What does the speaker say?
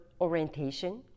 orientation